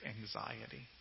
anxiety